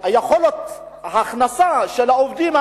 יכולת ההכנסה של העובדים,